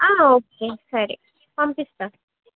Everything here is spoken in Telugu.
ఓకే సరే పంపిస్తాను